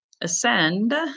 ascend